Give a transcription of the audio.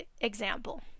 example